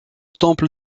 temple